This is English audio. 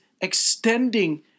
extending